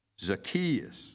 Zacchaeus